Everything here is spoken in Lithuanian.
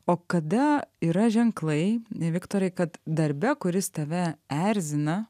o kada yra ženklai viktorai kad darbe kuris tave erzina